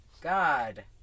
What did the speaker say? God